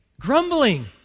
grumbling